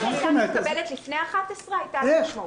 אם ההחלטה הייתה מתקבלת לפני השעה 11:00 הייתה לה משמעות.